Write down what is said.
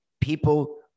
People